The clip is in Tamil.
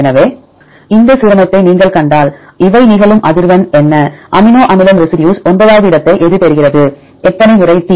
எனவே இந்த சீரமைப்பை நீங்கள் கண்டால் இவை நிகழும் அதிர்வெண் என்ன அமினோ அமிலம் ரெசிடியூஸ் 9 வது இடத்தை எது பெறுகிறது எத்தனை முறை T